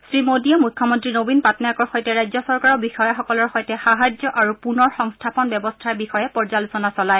শ্ৰীমোদীয়ে মুখ্যমন্ত্ৰী নবীন পাটনায়কৰ সৈতে ৰাজ্য চৰকাৰৰ বিষয়াসকলৰ সৈতে সাহায্য আৰু পুনৰ সংস্থাপন ব্যৱস্থাৰ বিষয়ে পৰ্যালোচনা চলায়